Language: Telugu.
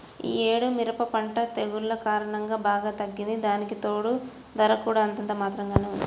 యీ యేడు మిరప పంట తెగుల్ల కారణంగా బాగా తగ్గింది, దానికితోడూ ధర కూడా అంతంత మాత్రంగానే ఉంది